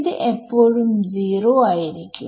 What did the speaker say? ഇത് എപ്പോഴും 0 ആയിരിക്കും